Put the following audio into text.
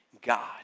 God